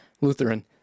Lutheran